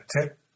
tip